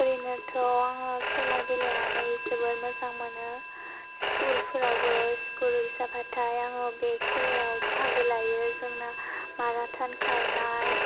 ओरैनोथ' आङो खेला गेलेनानै जोबोद मोजां मोनो स्कुलफोरावबो स्कुलविक जाबाथाय आङो बे खेलायाव बाहागो लायो जोंना माराथन खारनाय